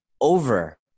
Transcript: over